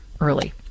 early